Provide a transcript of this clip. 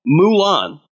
Mulan